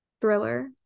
thriller